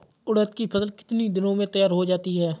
उड़द की फसल कितनी दिनों में तैयार हो जाती है?